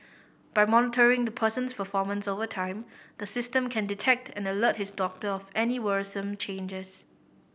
by monitoring the person's performance over time the system can detect and alert his doctor of any worrisome changes